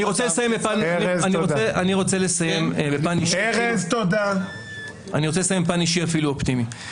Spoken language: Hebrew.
אני רוצה לסיים בפן אישי ואפילו אופטימי.